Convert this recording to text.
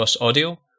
audio